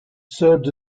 served